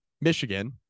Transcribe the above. Michigan